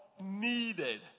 needed